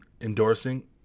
endorsing